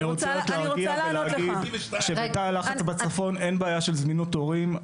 אני רוצה רק להרגיע ולהגיד שבתא הלחץ בצפון אין בעיה של זמינות תורים.